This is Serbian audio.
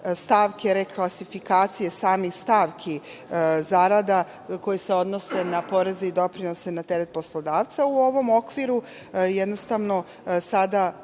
stavke reklasifikacije samih stavki zarada koje se odnose na poreze i doprinose na teret poslodavca, u ovom okviru, jednostavno, sada